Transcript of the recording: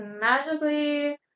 magically